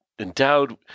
Endowed